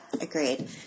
agreed